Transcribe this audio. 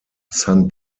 san